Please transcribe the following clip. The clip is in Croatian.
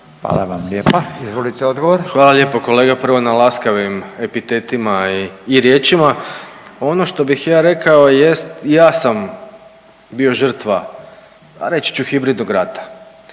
Domagoj (Socijaldemokrati)** Hvala lijepo kolega prvo na laskavim epitetima i riječima. Ono što bih ja rekao jest, ja sam bio žrtva pa reći ću hibridnog rata,